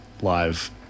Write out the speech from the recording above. live